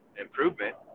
improvement